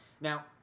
Now